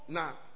Now